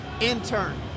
intern